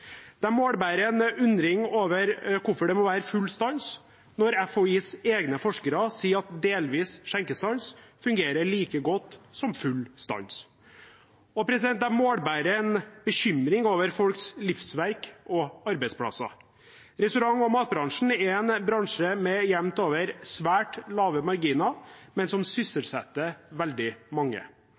målbærer en undring over hvorfor det må være full stans når FHIs egne forskere sier at delvis skjenkestans fungerer like godt som full stans. De målbærer en bekymring for folks livsverk og arbeidsplasser. Restaurant- og matbransjen er en bransje med jevnt over svært lave marginer, men sysselsetter veldig mange.